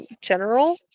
General